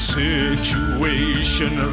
situation